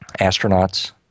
astronauts